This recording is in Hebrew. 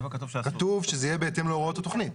כתוב שזה יהיה בהתאם להוראות התוכנית.